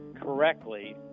correctly